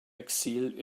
exil